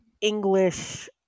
english